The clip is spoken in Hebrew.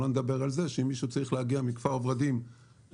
שלא לדבר על זה שאם מישהו צריך להגיע מכפר ורדים לדיאליזה